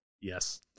yes